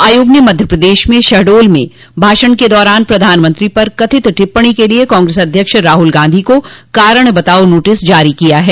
आयाग ने मध्य प्रदेश में शहडोल में भाषण के दौरान प्रधानमंत्री पर कथित टिप्पणी के लिए कांग्रेस अध्यक्ष राहुल गांधी को कारण बताओ नोटिस जारी किया है